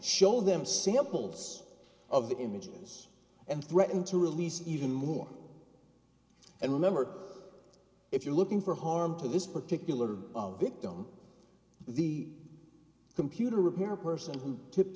show them samples of the images and threaten to release even more and remember if you're looking for harm to this particular victim the computer repair person who tipped